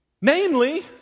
Namely